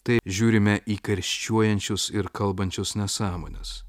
taip žiūrime į karščiuojančius ir kalbančius nesąmones